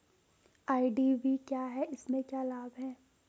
IDV क्या है इसमें क्या लाभ है?